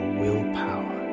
willpower